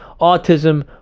autism